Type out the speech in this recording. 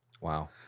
wow